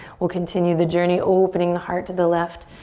we'll continue the journey. opening the heart to the left.